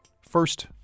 First